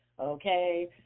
okay